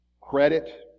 credit